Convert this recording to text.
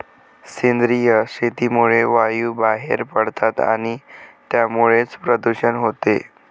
सेंद्रिय शेतीमुळे वायू बाहेर पडतात आणि त्यामुळेच प्रदूषण होते